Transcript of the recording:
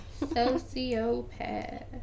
sociopath